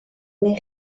mais